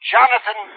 Jonathan